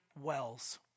wells